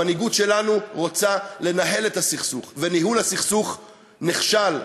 המנהיגות שלנו רוצה לנהל את הסכסוך וניהול הסכסוך נכשל.